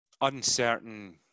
Uncertain